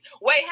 Wait